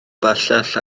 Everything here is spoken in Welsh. bellach